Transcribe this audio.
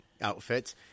outfits